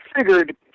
figured